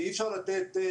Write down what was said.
כי אי-אפשר לתת.